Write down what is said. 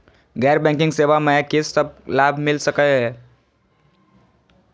गैर बैंकिंग सेवा मैं कि सब लाभ मिल सकै ये?